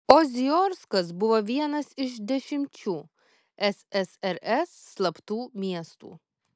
oziorskas buvo vienas iš dešimčių ssrs slaptų miestų